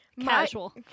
casual